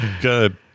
good